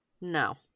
No